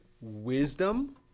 wisdom